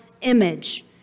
image